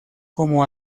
como